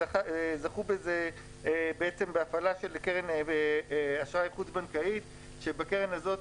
זכו בהפעלה של קרן אשראי חוץ בנקאית, כשבקרן הזאת